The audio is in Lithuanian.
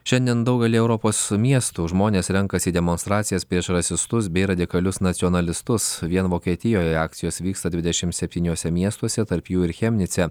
šiandien daugelyje europos miestų žmonės renkasi į demonstracijas prieš rasistus bei radikalius nacionalistus vien vokietijoje akcijos vyksta dvidešim septyniuose miestuose tarp jų ir chemnice